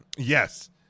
yes